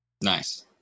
Nice